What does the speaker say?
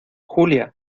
julia